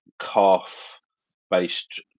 calf-based